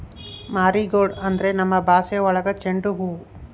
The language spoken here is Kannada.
ಮಾರಿಗೋಲ್ಡ್ ಅಂದ್ರೆ ನಮ್ ಭಾಷೆ ಒಳಗ ಚೆಂಡು ಹೂವು